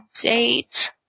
date